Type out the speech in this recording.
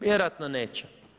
Vjerojatno neće.